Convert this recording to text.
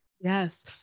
Yes